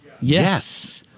Yes